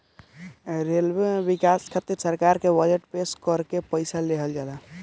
railway में बिकास खातिर सरकार के बजट पेश करके पईसा लेहल जाला